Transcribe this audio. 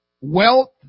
wealth